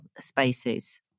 spaces